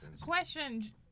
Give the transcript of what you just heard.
Question